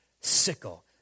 sickle